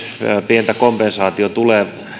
pientä kompensaatiota tulee